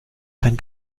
kein